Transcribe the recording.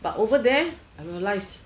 but over there I realize